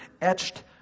etched